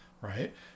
right